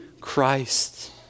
Christ